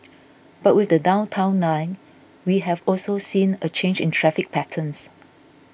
but with the Downtown Line we have also seen a change in traffic patterns